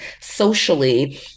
socially